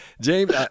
James